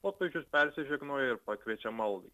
popiežius persižegnoja ir pakviečia maldai